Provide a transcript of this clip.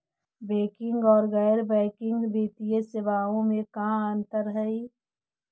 Banking और गैर banking वित्तीय सेवाओं में का अंतर हइ?